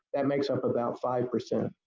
that makes up about five percent.